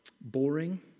boring